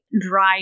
dry